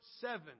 seven